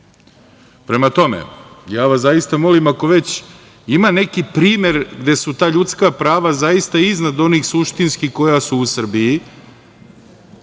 pivo. Prema tome, ja vas zaista molim, ako već ima neki primer gde su ta ljudska prava zaista iznad onih suštinskih koja su u Srbiji,